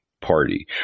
party